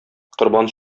корбан